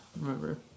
remember